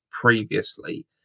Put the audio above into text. previously